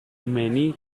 many